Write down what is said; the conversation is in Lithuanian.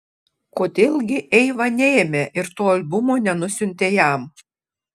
kodėl gi eiva neėmė ir to albumo nenusiuntė jam